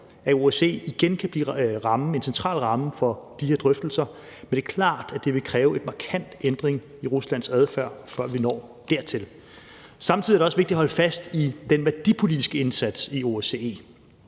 at OSCE igen kan blive den centrale ramme for de her drøftelser, men det er klart, at det vil kræve en markant ændring i Ruslands adfærd, før vi når dertil. Samtidig er det også vigtigt at holde fast i den værdipolitiske indsats i OSCE.